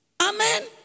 Amen